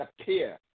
appear